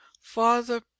father